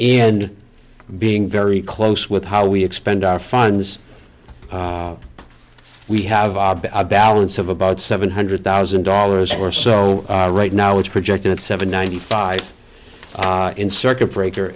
and being very close with how we expend our funds we have a balance of about seven hundred thousand dollars or so right now it's projected at seventy five in circuit breaker